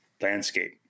landscape